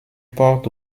porte